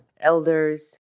elders